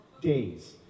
days